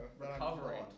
Recovering